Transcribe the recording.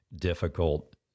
difficult